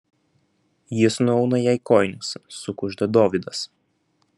jis nuauna jai kojines sukužda dovydas